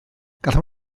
gallem